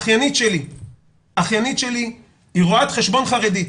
אחיינית שלי היא רואת חשבון חרדית,